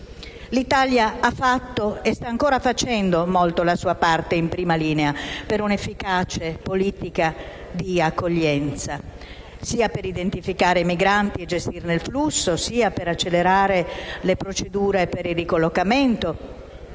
L'Italia ha fatto e sta ancora facendo la sua parte in prima linea per un'efficace politica di accoglienza per identificare i migranti e gestirne il flusso, per accelerare le procedure per il ricollocamento,